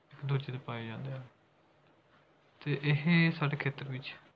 ਇੱਕ ਦੂਜੇ ਦੇ ਪਾਏ ਜਾਂਦੇ ਹਨ ਅਤੇ ਇਹ ਸਾਡੇ ਖੇਤਰ ਵਿੱਚ